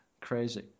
Crazy